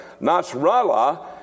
Nasrallah